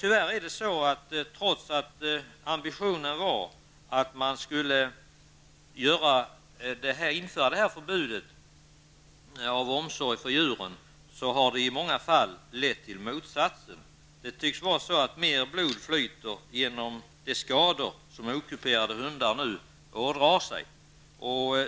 Trots ambitionen att man skulle införa förbudet av omsorg om djuren har det tyvärr i många fall lett till motsatsen. Det tycks vara så att mer blod flyter igenom de skador som de okuperade hundarna ådrar sig.